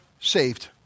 saved